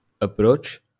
approach